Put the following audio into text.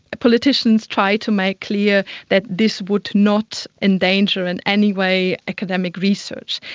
politicians tried to make clear that this would not endanger in any way academic research.